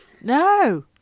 No